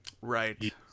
right